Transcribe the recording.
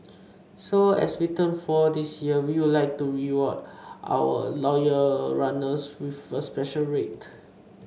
so as we turn four this year we would like to reward our loyal runners with a special rate